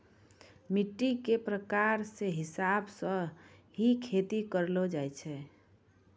मिट्टी के प्रकार के हिसाब स हीं खेती करलो जाय छै